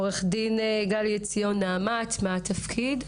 עו"ד גלי עציון מנעמ"ת, מה התפקיד?